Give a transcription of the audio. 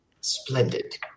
Splendid